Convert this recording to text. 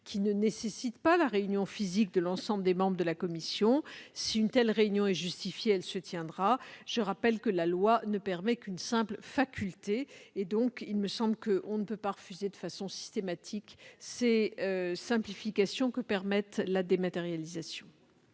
qui ne nécessitent pas la réunion physique de l'ensemble des membres de la commission. Si une telle réunion est justifiée, elle se tiendra, la loi ne prévoyant qu'une simple faculté. Selon moi, on ne peut pas refuser de façon systématique les simplifications permises par la dématérialisation.